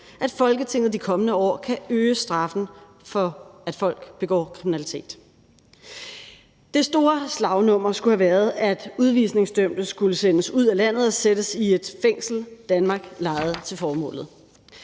at Folketinget de kommende år kan øge straffen for, at folk begår kriminalitet. Det store slagnummer skulle have været, at udvisningsdømte skulle sendes ud af landet og sættes i et fængsel, Danmark lejede til formålet.